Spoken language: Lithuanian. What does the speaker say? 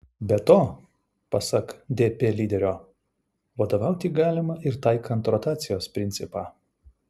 be to pasak dp lyderio vadovauti galima ir taikant rotacijos principą